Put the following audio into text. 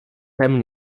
tem